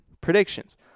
predictions